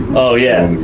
oh yeah,